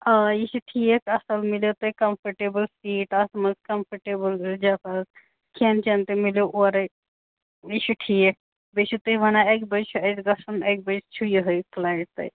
آ یہِ چھُ ٹھیٖک اَصٕل مِلیو تۄہہِ کَمفٲٹیبٕل سیٖٹ اَتھ منٛز کَمفٲٹیبٕل کھٮ۪ن چٮ۪ن تہِ مِلیو اورَے یہِ چھُ ٹھیٖک بیٚیہِ چھُ تُہۍ وَنان اَکہِ بَجہِ چھُ اَسہِ گَژھُن اَکہِ بَجہِ چھُ یِہوٚے فٕلایِٹ تۄہہِ